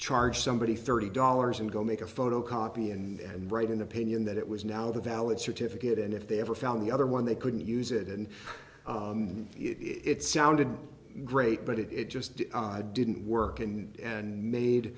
charge somebody thirty dollars and go make a photocopy and write an opinion that it was now the valid certificate and if they ever found the other one they couldn't use it and it sounded great but it just didn't work and